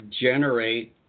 generate